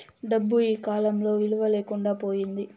డబ్బు ఈకాలంలో విలువ లేకుండా పోయింది